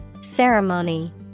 Ceremony